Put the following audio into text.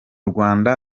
rwanda